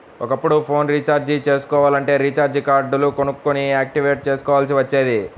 ఒకప్పుడు phone recharge చేసుకోవాలంటే recharge కార్డులు కొనుక్కొని యాక్టివేట్ చేసుకోవాల్సి వచ్చేది